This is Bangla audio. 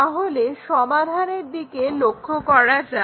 তাহলে সমাধানের দিকে লক্ষ্য করা যাক